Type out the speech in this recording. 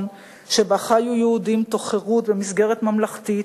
שבה חיו יהודים תוך חירות במסגרת ממלכתית,